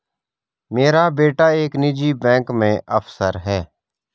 मेरा बेटा एक निजी बैंक में अफसर है